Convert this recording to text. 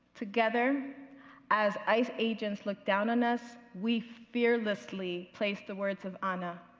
together as ice agents looked down on us, we fearlessly placed the words of anna,